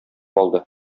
алды